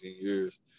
years